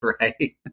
right